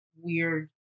weird